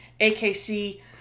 AKC